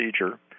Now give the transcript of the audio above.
procedure